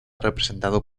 representado